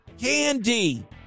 candy